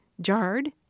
jarred